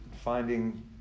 finding